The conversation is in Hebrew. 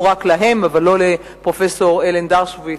רק להם אבל לא לפרופסור אלן דרשוביץ.